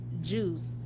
juice